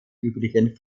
üblichen